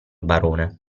barone